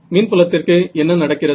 மின் புலத்திற்கு என்ன நடக்கிறது